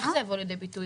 איך זה יבוא לידי ביטוי?